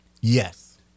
Yes